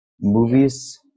movies